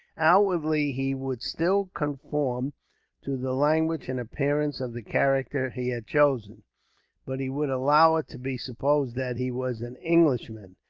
outwardly, he would still conform to the language and appearance of the character he had chosen but he would allow it to be supposed that he was an englishman,